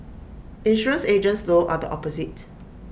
insurance agents though are the opposite